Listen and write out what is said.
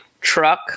truck